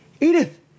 Edith